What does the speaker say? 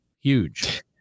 huge